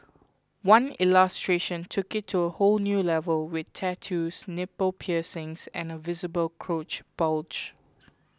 one illustration took it to a whole new level with tattoos nipple piercings and a visible crotch bulge